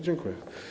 Dziękuję.